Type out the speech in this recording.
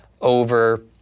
over